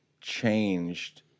changed